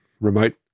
remote